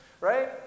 Right